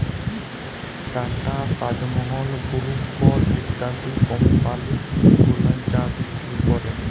tata, Taj Mahal, Brooke Bond ইত্যাদি কমপালি গুলান চা বিক্রি ক্যরে